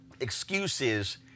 excuses